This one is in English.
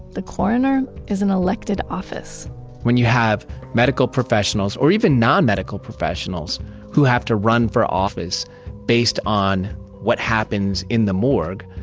the coroner is an elected office when you have medical professionals or even non-medical professionals who have to run for office based on what happens in the morgue,